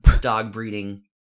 Dog-breeding